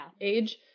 age